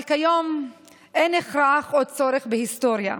אבל כיום אין הכרח או צורך בהיסטוריה.